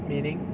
meaning